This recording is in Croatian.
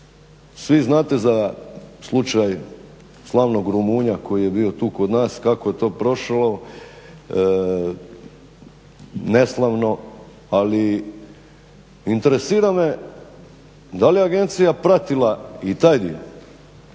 svi znate za slučaj slavnog rumunja koji je bio tu kod nas, kako je to prošlo neslavno ali interesira me da li je agencija pratila i taj